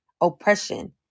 oppression